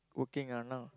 working ah now